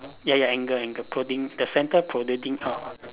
ya ya angle angle proding~ the centre protruding out